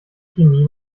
chemie